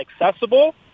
accessible